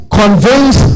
conveys